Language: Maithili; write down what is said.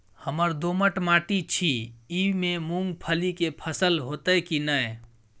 हमर दोमट माटी छी ई में मूंगफली के फसल होतय की नय?